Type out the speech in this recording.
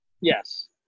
Yes